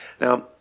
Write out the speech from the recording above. Now